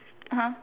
(uh huh)